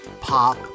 Pop